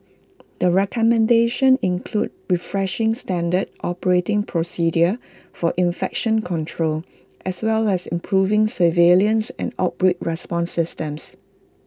the recommendations include refreshing standard operating procedures for infection control as well as improving surveillance and outbreak response systems